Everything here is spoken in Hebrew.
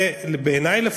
בעיני זה,